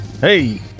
hey